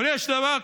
אבל יש דבר כזה.